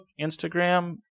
instagram